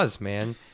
man